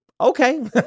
Okay